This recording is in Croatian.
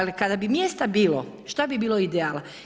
Kada bi mjesta bilo šta bi bilo ideal?